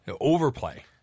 Overplay